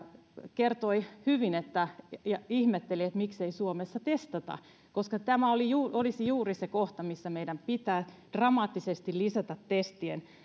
kertoi hyvin ja ihmetteli miksei suomessa testata koska tämä olisi juuri se kohta missä meidän pitää dramaattisesti lisätä testien